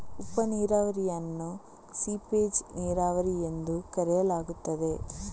ಉಪ ನೀರಾವರಿಯನ್ನು ಸೀಪೇಜ್ ನೀರಾವರಿ ಎಂದೂ ಕರೆಯಲಾಗುತ್ತದೆ